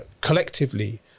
collectively